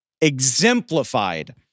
exemplified